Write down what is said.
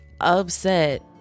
upset